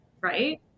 Right